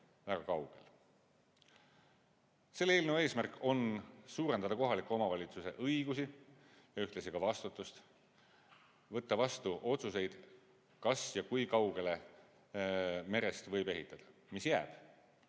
Selle eelnõu eesmärk on suurendada kohaliku omavalitsuse õigusi ja ühtlasi ka vastutust võtta vastu otsuseid, kas ja kui kaugele merest võib ehitada. Mis jääb?